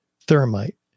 thermite